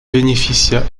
bénéficia